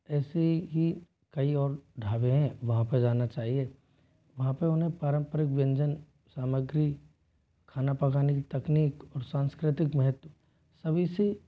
ऐसी ही कई और ढ़ाबे हैं वहाँ पर जाना चाहिए वहाँ पर उन्हें पारम्परिक व्यंजन सामग्री खाना पकाने की तकनीक और सांस्कृतिक महत्व सभी से